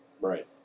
Right